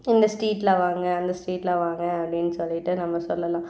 இந்த ஸ்ட்ரீட்டில் வாங்க அந்த ஸ்ட்ரீட்டில் வாங்க அப்படின்னு சொல்லிவிட்டு நம்ம சொல்லலாம்